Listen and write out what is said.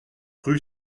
rue